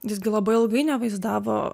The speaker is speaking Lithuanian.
jis gi labai ilgai nevaizdavo